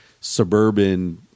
suburban